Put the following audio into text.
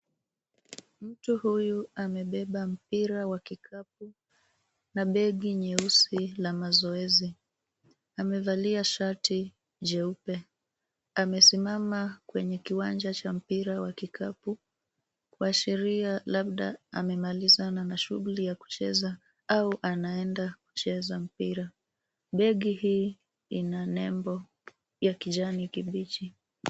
Mtu huyu amebeba mpira wa kikapu na begi nyeusi la mazoezi, amevalia shati jeupe, amesimama kwenye kiwanja cha mpira wa kikapu , kuashiria labda amemalizana na shughuli ya kucheza au anaenda kucheza mpira. Begi hii inanebo ya kijani kibichi.